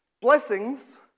Blessings